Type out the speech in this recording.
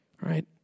right